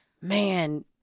Man